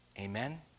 Amen